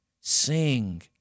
Sing